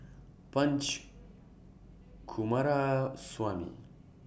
Punch Coomaraswamy